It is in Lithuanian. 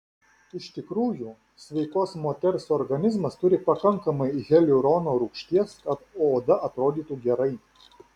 iš tikrųjų sveikos moters organizmas turi pakankamai hialurono rūgšties kad oda atrodytų gerai